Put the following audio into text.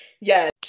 Yes